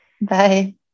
Bye